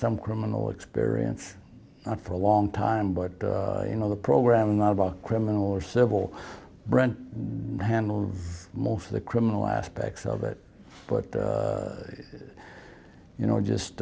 some criminal experience not for a long time but you know the program not about criminal or civil brand handled more for the criminal aspects of it but you know just